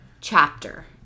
chapter